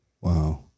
Wow